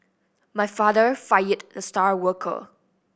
my father fired the star worker